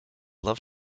love